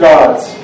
God's